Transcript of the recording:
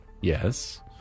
Yes